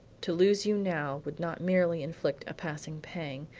to lose you now would not merely inflict a passing pang,